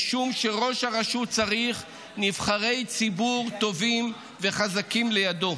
משום שראש הרשות צריך נבחרי ציבור טובים וחזקים לידו,